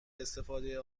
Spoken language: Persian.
استفاده